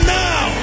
now